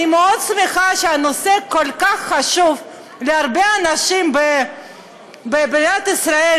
אני מאוד שמחה שנושא כל כך חשוב להרבה אנשים במדינת ישראל,